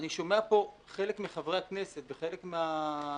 אני שומע פה חלק מחברי הכנסת וחלק מהנוכחים,